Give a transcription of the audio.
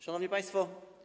Szanowni Państwo!